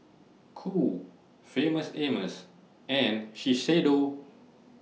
Qoo Famous Amos and Shiseido